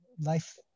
Life